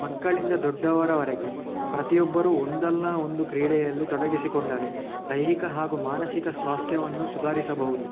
ಮಕ್ಕಳಿಂದ ದೊಡ್ಡವರವರೆಗೆ ಪ್ರತಿಯೊಬ್ಬರು ಒಂದಲ್ಲ ಒಂದು ಕ್ರೀಡೆಯಲ್ಲಿ ತೊಡಗಿಸಿಕೊಂಡರೆ ದೈಹಿಕ ಹಾಗೂ ಮಾನಸಿಕ ಸ್ವಾಸ್ಥ್ಯವನ್ನು ಸುಧಾರಿಸಬಹುದು